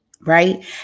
right